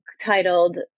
titled